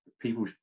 people